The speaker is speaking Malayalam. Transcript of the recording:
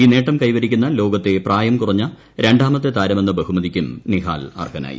ഈ നേട്ടം കൈവരിക്കുന്ന ലോകത്തെ പ്രായം കുറഞ്ഞ രണ്ടാമത്തെ താരമെന്ന ബഹുമതിയ്ക്കും നിഹാൽ അർഹനായി